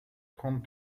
trente